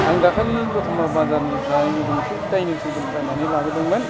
आं दाखालि दतमा बाजारनिफ्राइ गंसे दाइनिं थेबोल बायनानै लाबोदोंमोन